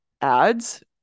ads